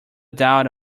doubt